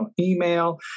email